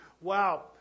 wow